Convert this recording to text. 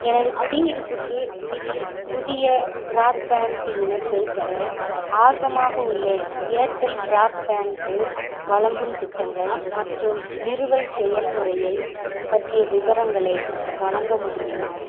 எனது குடியிருப்புக்கு திதி புதிய பிராட்பேண்ட் இணைப்பைப் பெற ஆர்வமாக உள்ளேன் ஏர்டெல் பிராட்பேண்ட்டு வழங்கும் திட்டங்கள் மற்றும் நிறுவல் செயல்முறையை பற்றிய விவரங்களை வழங்க முடியுமா